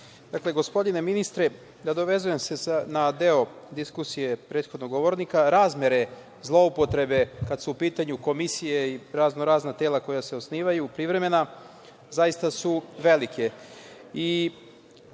gospodine ministre, nadovezujem se na deo diskusije prethodnog govornika, razmere zloupotrebe, kada su u pitanju komisije i razno razna tela koja se osnivaju, privremena, zaista su velike.